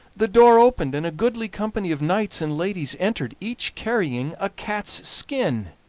the door opened and a goodly company of knights and ladies entered, each carrying a cat's skin!